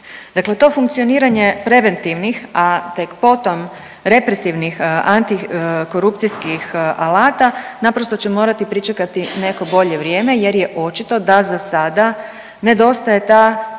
Dakle to funkcioniranje preventivnih, a tek potom represivnih antikorupcijskih alata naprosto će morati pričekati neko bolje vrijeme, jer je očito da za sada nedostaje ta